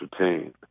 entertain